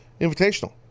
Invitational